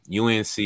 UNC